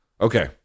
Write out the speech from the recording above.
okay